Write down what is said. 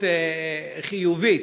חיובית.